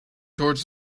toward